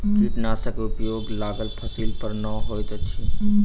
कीटनाशकक उपयोग लागल फसील पर नै होइत अछि